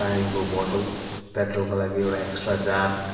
पानीको बोतल पेट्रोलको लागि एउटा एक्सट्रा जार